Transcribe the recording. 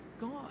God